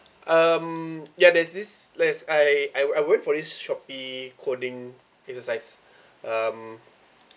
um ya there's this that's I I I went for this Shopee coding exercise um